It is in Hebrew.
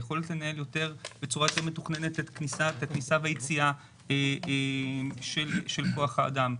היכולת לנהל בצורה יותר מתוכננת את הכניסה והיציאה של כוח האדם,